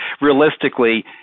realistically